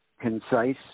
concise